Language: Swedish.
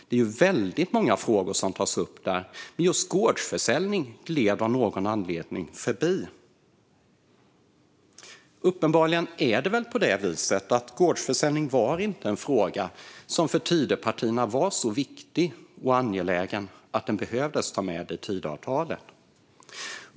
Det är väldigt många frågor som tas upp där, men just gårdsförsäljning gled man av någon anledning förbi. Uppenbarligen var gårdsförsäljning inte en fråga som var så viktig och angelägen för Tidöpartierna att den behövde tas med i avtalet.